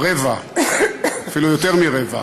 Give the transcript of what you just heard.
רבע, אפילו יותר מרבע.